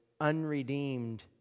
unredeemed